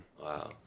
Wow